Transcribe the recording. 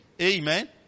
Amen